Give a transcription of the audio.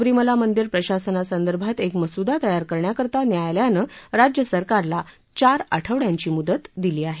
सबरीमला मंदिर प्रशासनासंदर्भात एक मसुदा तयार करण्याकरता न्यायालयानं राज्य सरकारला चार आठवड्यांची मुदत दिली आहे